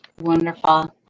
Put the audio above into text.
Wonderful